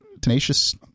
Tenacious